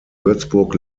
würzburg